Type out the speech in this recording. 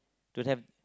don't have